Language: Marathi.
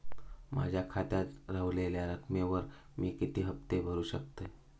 माझ्या खात्यात रव्हलेल्या रकमेवर मी किती हफ्ते भरू शकतय?